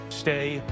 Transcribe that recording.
Stay